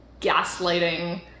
gaslighting